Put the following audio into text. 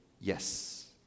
yes